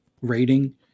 rating